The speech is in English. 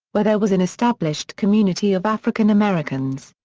where there was an established community of african americans.